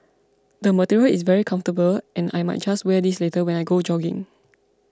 the material is very comfortable and I might just wear this later when I go jogging